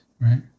right